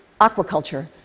Aquaculture